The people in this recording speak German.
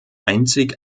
einzig